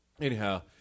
Anyhow